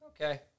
okay